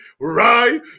right